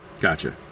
Gotcha